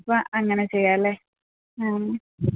അപ്പോള് അങ്ങനെ ചെയ്യാമല്ലെ ആ